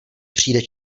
přijde